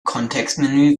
kontextmenü